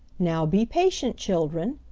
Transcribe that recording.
now be patient, children,